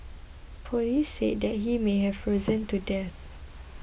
police said that he may have frozen to death